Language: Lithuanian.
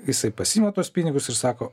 jisai pasiima tuos pinigus ir sako